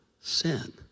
sin